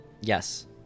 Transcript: Yes